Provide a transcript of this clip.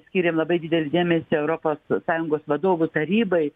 skyrėm labai didelį dėmesį europos sąjungos vadovų tarybai